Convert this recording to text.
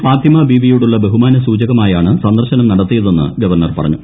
ഫാത്തിമ ബീവിയോടുള്ള ബഹുമാന സൂചകമായാണ് സന്ദർശനം നടത്തിയതെന്ന് ഗവർണർ പറഞ്ഞു